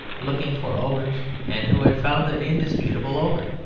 looking for ogres and who had found an indisputable ogre.